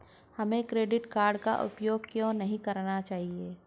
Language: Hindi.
हमें क्रेडिट कार्ड का उपयोग क्यों नहीं करना चाहिए?